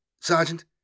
Sergeant